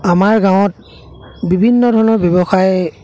আমাৰ গাঁৱত বিভিন্ন ধৰণৰ ব্যৱসায়